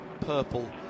purple